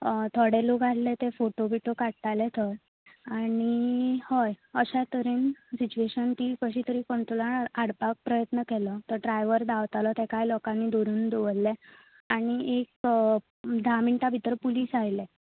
थोडे लोक आसले ते फोटो बिटू काडटाले थंय आनी हय अशा तरेन सिटवेशन ती कशी तरी कंट्रोलान हाडपाक प्रयत्न केलो तो ड्रायव्हर धांवतालो ताकाय लोकांनी धरुन दवरले आनी एक धा मिनटां भितर पुलिस आयले